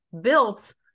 built